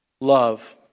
love